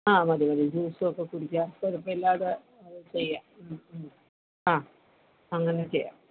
ആ മതി മതി ജൂസൊക്കെ കുടിച്ചാൽ കുഴപ്പമില്ലാതെ അത് ചെയ്യാം മ്മ് മ്മ് ആ അങ്ങനെ ചെയ്യാം